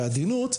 בעדינות,